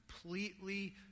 completely